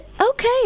Okay